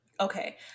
okay